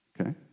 Okay